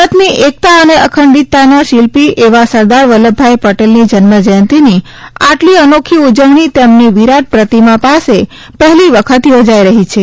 ભારતની એકતા અને અખંડિતતાના શિલ્પી એવા સરદાર વલ્લભભાઇ પટેલની જન્મજયંતિની આટલી અનોખી ઉજવણી તેમની વિરાટ પ્રતિમા પાસે પહેલી વખત યોજાઇ રહી છે